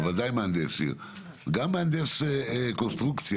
גם מהנדס קונסטרוקציה,